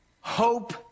hope